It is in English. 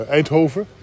Eindhoven